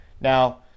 Now